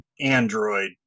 android